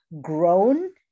grown